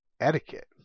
etiquette